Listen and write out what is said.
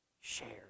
shared